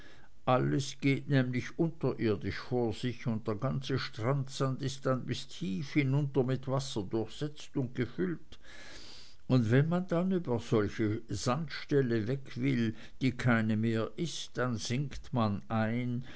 alles geht nämlich unterirdisch vor sich und der ganze strandsand ist dann bis tief hinunter mit wasser durchsetzt und gefüllt und wenn man dann über solche sandstelle weg will die keine mehr ist dann sinkt man ein